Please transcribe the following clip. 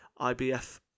IBF